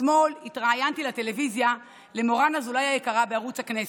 אתמול התראיינתי לטלוויזיה למורן אזולאי היקרה בערוץ הכנסת.